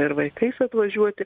ir vaikais atvažiuoti